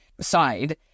side